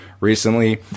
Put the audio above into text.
recently